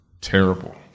terrible